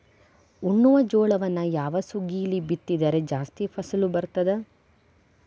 ಉಣ್ಣುವ ಜೋಳವನ್ನು ಯಾವ ಸುಗ್ಗಿಯಲ್ಲಿ ಬಿತ್ತಿದರೆ ಜಾಸ್ತಿ ಫಸಲು ಬರುತ್ತದೆ?